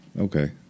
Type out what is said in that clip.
Okay